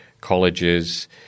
colleges